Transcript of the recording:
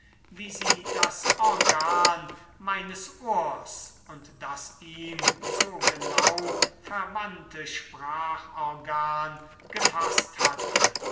wie sie das organ meines ohrs und das ihm so genau verwandte sprachorgan gefaßt hatte